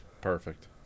Perfect